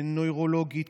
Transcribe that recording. נוירולוגית,